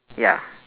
ya